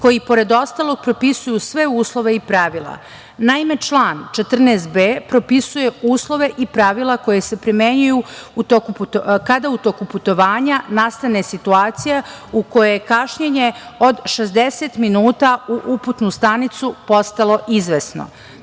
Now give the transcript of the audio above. koji pored ostalog propisuju sve uslove i pravila. Naime, član 14b propisuje uslove i pravila koja se primenjuju kada u toku putovanja nastane situacija u kojoj je kašnjenje od 60 minuta u uputnu stanicu postalo izvesno. Naime,